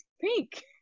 pink